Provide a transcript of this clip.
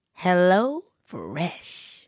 HelloFresh